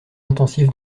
intensif